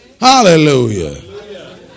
hallelujah